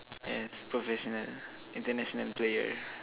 yes professional international player